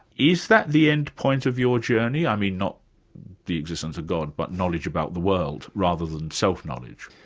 is that the end-point of your journey? i mean not the existence of god, but knowledge about the world, rather than self-knowledge?